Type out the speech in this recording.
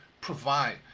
provide